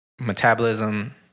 metabolism